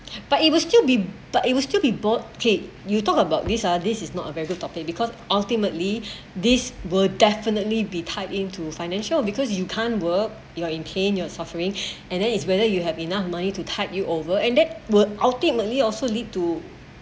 but it will still be but it will still be bought okay you talk about this uh this is not a very good topic because ultimately these will definitely be tied in to financial because you can't work you are in pain you're suffering and then is whether you have enough money to tide you over and that were ultimately also lead to